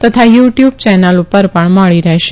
તથા YouTube channel પર પણ મળી રહેશે